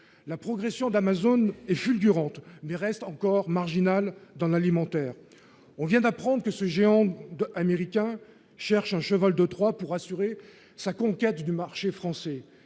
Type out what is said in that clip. la progression de l'Amazone et fulgurante mais reste encore marginale dans l'alimentaire, on vient d'apprendre que ce géant américain cherche un cheval de Troie pour assurer sa conquête du marché français,